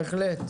בהחלט.